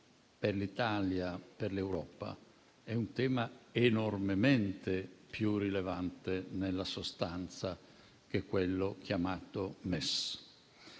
per l'Italia e per l'Europa, è un tema enormemente più rilevante, nella sostanza, di quello chiamato MES.